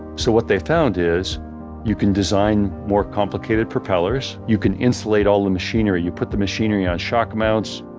so what they found is you can design more complicated propellers, you can insulate all the machinery. you put the machinery on shock mounts.